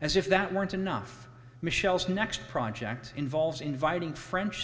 as if that weren't enough michelle's next project involves inviting french